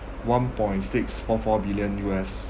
one point six four four billion U_S